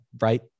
right